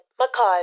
macaws